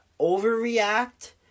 overreact